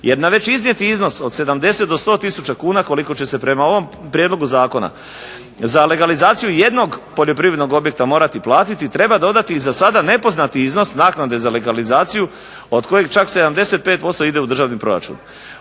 Jer na već iznijeti iznos od 70 do 100000 kuna koliko će se prema ovom prijedlogu zakona za legalizaciju jednog poljoprivrednog objekta morati platiti treba dodati i za sada nepoznati iznos naknade za legalizaciju od kojih čak 75% ide u državni proračun.